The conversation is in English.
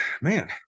man